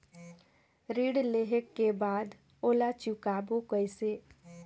ऋण लेहें के बाद ओला चुकाबो किसे?